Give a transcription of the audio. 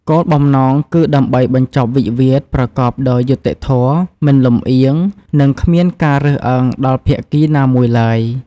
គោលបំណងគឺដើម្បី បញ្ចប់វិវាទប្រកបដោយយុត្តិធម៌ មិនលម្អៀង និងគ្មានការរើសអើង ដល់ភាគីណាមួយឡើយ។